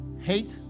hate